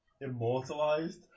immortalized